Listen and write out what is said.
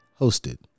hosted